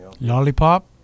Lollipop